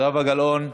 זהבה גלאון?